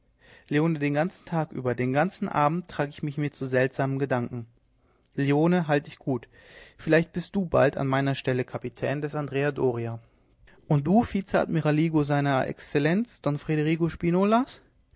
den ganzen tag über den ganzen abend trage ich mich mit so seltsamen gedanken leone halt dich gut vielleicht bist du bald an meiner stelle kapitän des andrea doria und du vizeadmiraglio seiner exzellenz don